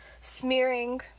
smearing